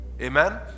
Amen